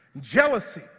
jealousy